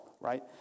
right